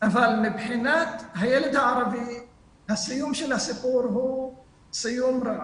אבל מבחינת הילד הערבי הסיום של הסיפור הוא סיום רע,